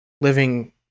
living